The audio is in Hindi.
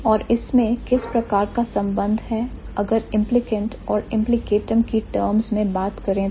और इसमें किस प्रकार का संबंध है अगर implicant और implicatum की टर्म्स में बात करें तो